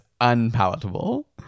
unpalatable